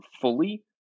fully